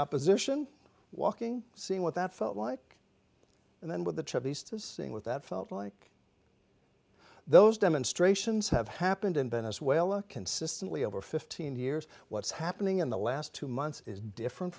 opposition walking see what that felt like and then with the chevy's to seeing what that felt like those demonstrations have happened in venezuela consistently over fifteen years what's happening in the last two months is different